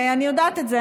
אני יודעת את זה,